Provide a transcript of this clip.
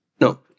No